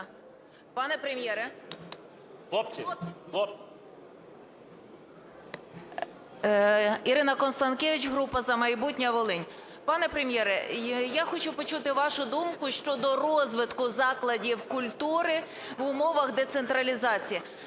Пане Прем’єре, я хочу почути вашу думку щодо розвитку закладів культури в умовах децентралізації.